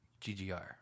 GGR